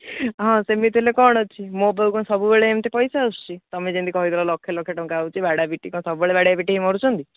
ହଁ ସେମିତି ହେଲେ କ'ଣ ଅଛି ମୋ ପାଖକୁ ସବୁବେଳେ ଏମିତି କ'ଣ ପଇସା ଆସୁଛି ତୁମେ ଯେମିତି କହି ଦେଲ ଲକ୍ଷ ଲକ୍ଷ ଟଙ୍କା ଆସୁଛି ବାଡ଼ିଆ ପିଟି କ'ଣ ସବୁ ବେଳେ ବାଡ଼ିଆ ପିଟି ହେଇ ମରୁଛନ୍ତି